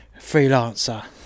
Freelancer